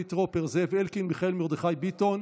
חילי טרופר,